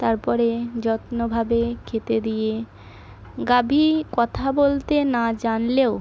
তারপরে যত্নভাবে খেতে দিয়ে গাভী কথা বলতে না জানলেও